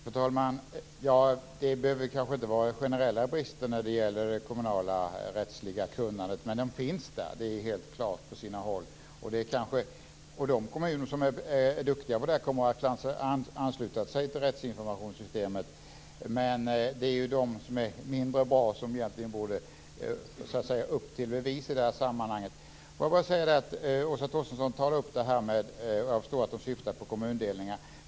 Fru talman! Det behöver inte vara fråga om generella brister i det rättsliga kunnandet på kommunal nivå, men de finns där på sina håll. De kommuner som är duktiga på dessa saker kommer att ansluta sig till rättsinformationssystemet, men de mindre bra borde i detta sammanhang komma upp till bevis. Åsa Torstensson tar upp frågan om kommundelningar.